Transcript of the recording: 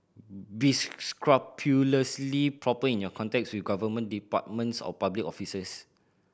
be scrupulously proper in your contacts with government departments or public officers